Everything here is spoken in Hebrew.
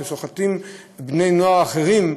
האקרים שסוחטים בני-נוער אחרים,